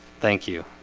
thank you,